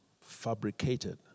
fabricated